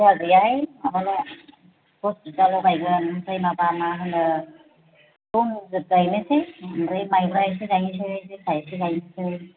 जाहा गैयाहाय माबाल' दस बिगाल' गायगोन ओमफ्राय माबा मा होनो रनजित गायनोसै ओमफ्राय माइब्रा एसे गायनोसै जोसा एसे गायनोसै